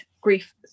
grief